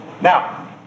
Now